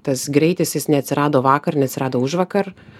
tas greitis jis neatsirado vakar neatsirado užvakar